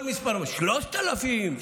3,000,